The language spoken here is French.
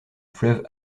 fleuve